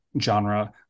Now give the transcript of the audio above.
genre